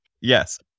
Yes